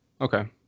Okay